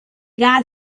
got